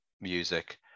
music